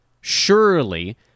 surely